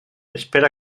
espera